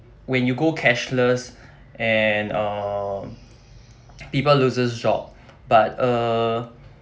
when you go cashless and um people loses job but uh